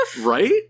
Right